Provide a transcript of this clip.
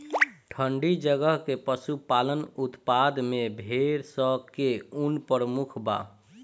ठंडी जगह के पशुपालन उत्पाद में भेड़ स के ऊन प्रमुख बा